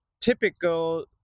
typical